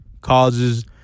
causes